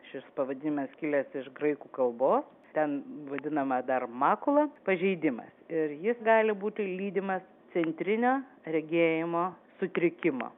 šis pavadinimas kilęs iš graikų kalbos ten vadinama dar makula pažeidimas ir jis gali būti lydimas centrinio regėjimo sutrikimo